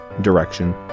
direction